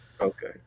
okay